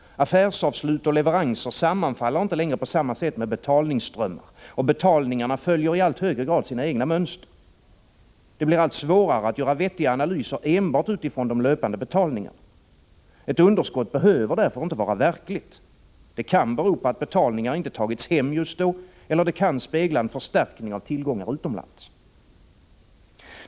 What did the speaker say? Affärsavslut och leveranser sammanfaller inte längre på samma sätt med betalningsströmmar, och betalningarna följer i allt högre grad sina egna mönster. Det blir allt svårare att göra vettiga analyser enbart utifrån de löpande betalningarna. Ett underskott behöver därför inte vara verkligt. Det kan bero på att betalningar inte tagits hem just då eller det kan spegla en förstärkning av tillgångar utomlands.